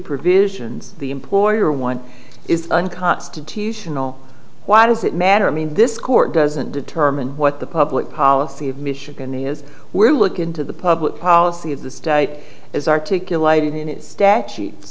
provisions the employer one is unconstitutional why does it matter i mean this court doesn't determine what the public policy of michigan the is where look into the public policy of the state is articulated in its statutes